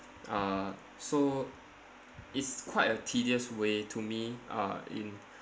uh so it's quite a tedious way to me uh in